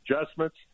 adjustments